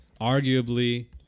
arguably